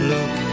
Look